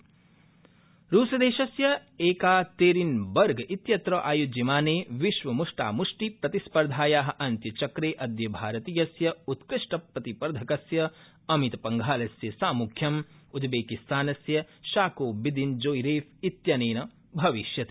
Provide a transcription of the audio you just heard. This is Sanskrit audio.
म्ष्टामष्टी स्पर्धा रूसदेशस्य एकातेरिन वर्ग इत्यत्र आयोज्यमाने विश्वमष्टाम्प्टी प्रतिस्पर्धाया अन्त्यचक्रे अद्य भारतीयस्य उत्कृष्टप्रतिस्पर्धकस्य अमित पंघालस्य सामुख्यं उजबेकिस्तानस्य शाको बिदिन जोइरोफ इत्यनेन भविष्यति